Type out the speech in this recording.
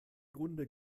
grunde